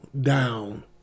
down